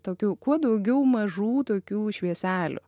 tokių kuo daugiau mažų tokių švieselių